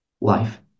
life